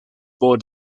born